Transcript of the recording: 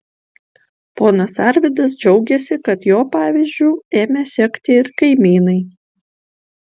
ponas arvydas džiaugėsi kad jo pavyzdžiu ėmė sekti ir kaimynai